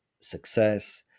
success